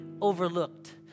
overlooked